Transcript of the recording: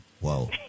wow